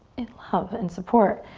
in love and support.